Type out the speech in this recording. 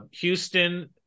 Houston